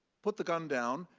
put the gun down,